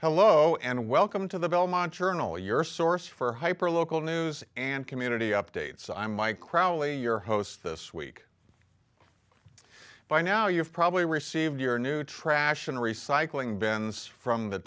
llo and welcome to the belmont journal your source for hyper local news and community updates i'm michael crowley your host this week by now you've probably received your new trash and recycling bins from the